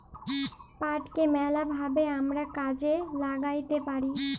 পাটকে ম্যালা ভাবে আমরা কাজে ল্যাগ্যাইতে পারি